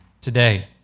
today